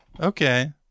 Okay